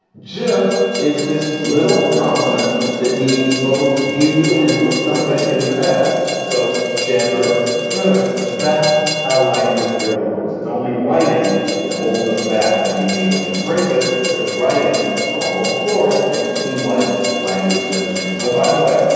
jr is this little consonant that means both you and put something in the past. so she never noticed. that's how language really works. it's only writing that holds us back from being able to embrace it because writing for all of its glories makes it seem like language never changes. oh, by the way,